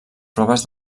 proves